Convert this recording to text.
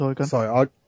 sorry